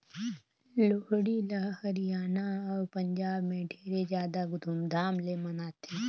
लोहड़ी ल हरियाना अउ पंजाब में ढेरे जादा धूमधाम ले मनाथें